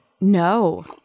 No